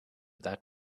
that